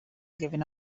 giving